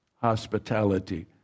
hospitality